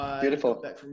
Beautiful